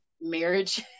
marriage